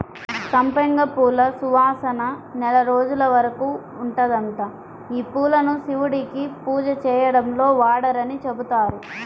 సంపెంగ పూల సువాసన నెల రోజుల వరకు ఉంటదంట, యీ పూలను శివుడికి పూజ చేయడంలో వాడరని చెబుతారు